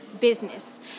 business